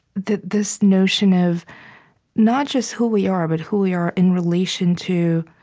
that this notion of not just who we are but who we are in relation to